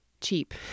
cheap